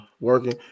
working